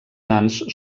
nans